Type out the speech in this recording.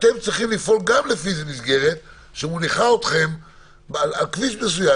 אתם צריכים לפעול גם לפי מסגרת שמוליכה אתכם על כביש מסוים.